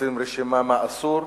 מפרסמים רשימה מה אסור,